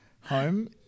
home